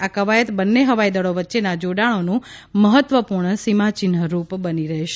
આ ક્વાયત બંને હવાઈ દળો વચ્ચેના જોડાણોનું મહત્વપૂર્ણ સીમાચિહ્નરૂપ બની રહેશે